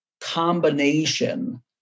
combination